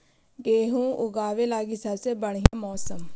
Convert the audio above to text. गेहूँ ऊगवे लगी सबसे बढ़िया मौसम?